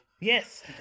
Yes